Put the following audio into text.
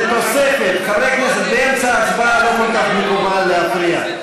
חברי הכנסת, באמצע ההצבעה לא כל כך מקובל להפריע.